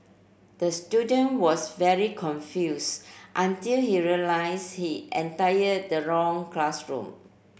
the student was very confuse until he realise he entire the wrong classroom